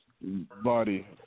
body